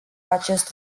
acest